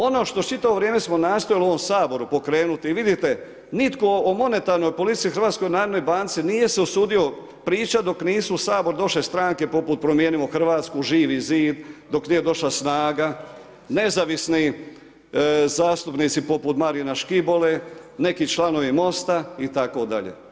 Ono što čitavo vrijeme smo nastojali u ovom Saboru pokrenuti, i vidite, nitko o monetarnoj polici u HNB nije se usudio pričati, dok nisu u Sabor došle stranke poput Promijenimo Hrvatsku, Živi zid, dok nije došla SNAGA, nezavisni zastupnici poput Marina Škibola, neki članovi Mosta itd.